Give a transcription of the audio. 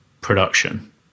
production